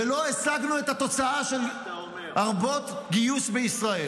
ולא השגנו את התוצאה של להרבות גיוס בישראל.